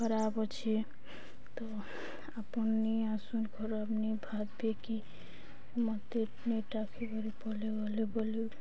ଖରାପ ଅଛି ତ ଆପଣ ନେଇ ଆସୁନ୍ ଖରାପ ନେଇ ଭାବବେକି ମୋତେ ନେଟାକେ କରି ପଳାଇ ଗଲେ ବୋଲି